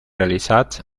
realitzats